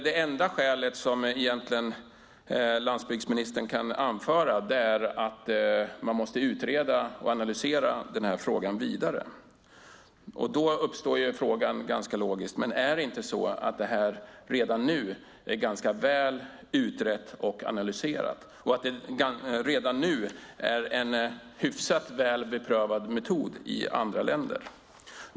Det enda skälet landsbygdsministern anför är att man måste utreda och analysera frågan vidare. Då uppstår ganska logiskt frågan: Är inte detta redan ganska väl utrett och analyserat? Det är ju en hyfsat väl beprövad metod i andra länder.